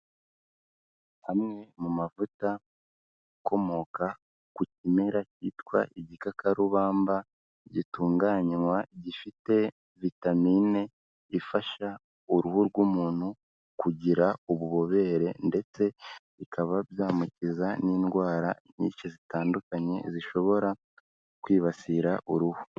Amwe mu mavuta akomoka ku kimera cyitwa igikakarubamba gitunganywa gifite vitamine ifasha uruhu rw'umuntu kugira ububobere ndetse bikaba byamukiza n'indwara nyinshi zitandukanye zishobora kwibasira uruhu.